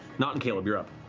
nott and caleb, you're up